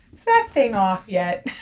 that thing off yet?